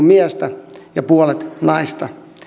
miestä ja puolet naista